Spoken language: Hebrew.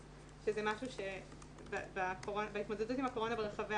אז זה משהו שבהתמודדות עם הקורונה ברחבי